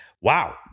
Wow